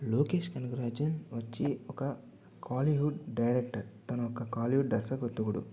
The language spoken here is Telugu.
లోకేష్ కనకరాజన్ వచ్చి ఒక కాలీవుడ్ డైరెక్టర్ తన ఒక కాలీవుడ్